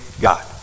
God